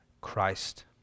Christ